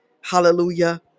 Hallelujah